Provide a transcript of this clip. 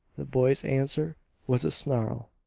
the boy's answer was a snarl.